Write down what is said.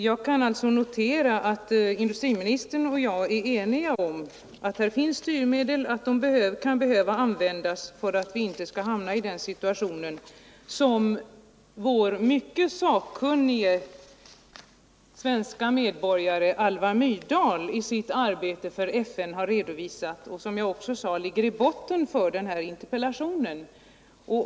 Jag kan notera att industriministern och jag är eniga om att det finns styrmedel och att de kan behöva användas för att vi inte skall hamna i den situation som vår mycket sakkunniga svenska medborgare Alva Myrdal i sitt arbete för FN har redovisat och som jag sade ligger i botten för min interpellation.